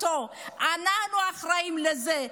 אנחנו אחראים לזה.